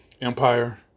Empire